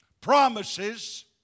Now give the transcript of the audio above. promises